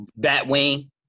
Batwing